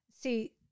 see